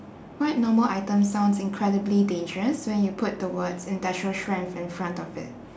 what normal item sounds incredibly dangerous when you put the words industrial strength in front of it